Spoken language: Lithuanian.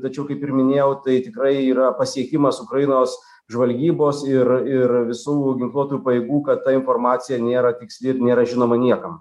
tačiau kaip ir minėjau tai tikrai yra pasiekimas ukrainos žvalgybos ir ir visų ginkluotų pajėgų kad ta informacija nėra tiksli ir nėra žinoma niekam